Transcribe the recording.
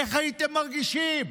איך הייתם מרגישים?